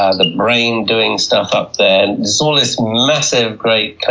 ah the brain doing stuff up there. it's all this massive, great